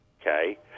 okay